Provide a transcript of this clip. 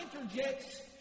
interjects